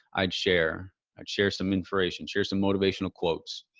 i'd share ah share some information, share some motivational quotes.